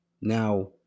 Now